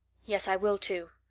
yes, i will, too.